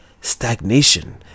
Stagnation